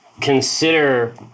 consider